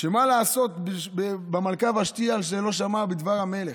מה לעשות במלכה ושתי על שלא שמעה לדבר המלך.